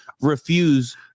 refuse